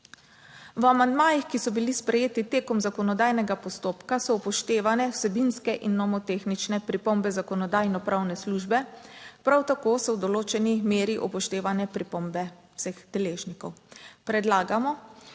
V amandmajih, ki so bili sprejeti tekom zakonodajnega postopka so upoštevane vsebinske in nomotehnične pripombe Zakonodajno-pravne službe. Prav tako so v določeni meri upoštevane pripombe vseh deležnikov. Predlagamo,